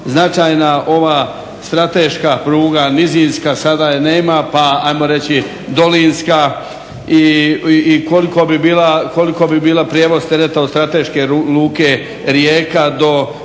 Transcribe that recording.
značajna ova strateška pruga, nizinska, sada je nema pa ajmo reći dolinska i koliko bi bila prijevoz tereta od strateške Luke Rijeka do